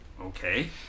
Okay